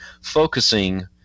focusing